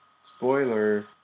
Spoiler